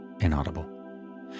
inaudible